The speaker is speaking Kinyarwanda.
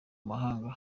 mahanga